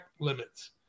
limits